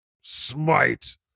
smite